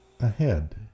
ahead